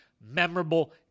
memorable